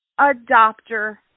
adopter